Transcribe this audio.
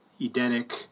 Edenic